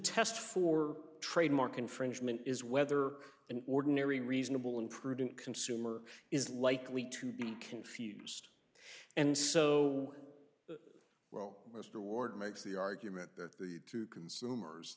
test for trademark infringement is whether an ordinary reasonable and prudent consumer is likely to be confused and so well mr ward makes the argument that the two consumers